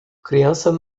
crianças